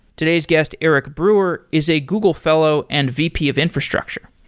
today's guest, eric brewer, is a google fellow and vp of infrastructure.